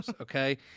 okay